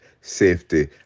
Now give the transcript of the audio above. safety